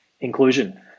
inclusion